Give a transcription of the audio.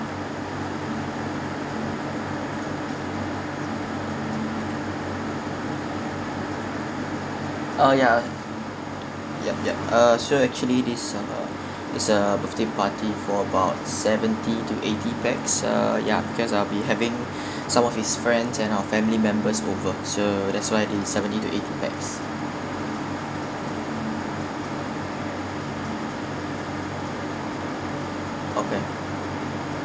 uh ya ya ya uh so actually this uh this uh birthday party for about seventy to eighty pax uh ya cause I'll be having some of his friends and our family members over so that's why the seventy to eighty pax okay